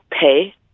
pay